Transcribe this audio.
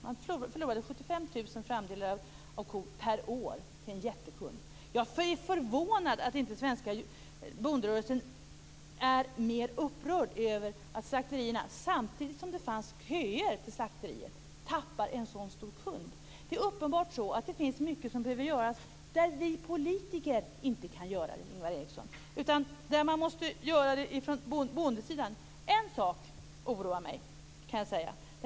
Man förlorade en order på 75 000 Jag är förvånad över att svenska bonderörelsen inte är mer upprörd över att slakterierna, samtidigt som det fanns köer, tappade en så stor kund. Det är uppenbart så att mycket behöver göras som vi politiker inte kan göra, Ingvar Eriksson. Det är bondesidan som måste göra det. En sak oroar mig, kan jag säga.